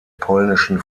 polnischen